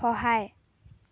সহায়